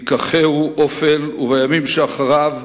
ייקחהו אופל, ובימים שאחריו